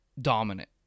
dominant